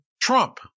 Trump